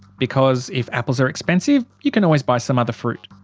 because if apples are expensive you can always buy some other fruit.